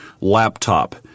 laptop